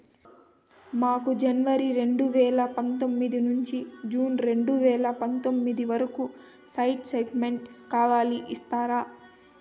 మాకు జనవరి రెండు వేల పందొమ్మిది నుండి జూన్ రెండు వేల పందొమ్మిది వరకు స్టేట్ స్టేట్మెంట్ కావాలి ఇస్తారా